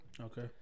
okay